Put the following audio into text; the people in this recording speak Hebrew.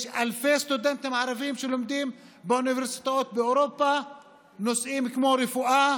יש אלפי סטודנטים ערבים שלומדים באוניברסיטאות באירופה נושאים כמו רפואה